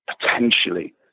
potentially